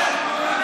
בושה.